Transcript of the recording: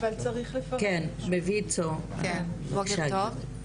בוקר טוב,